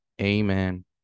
amen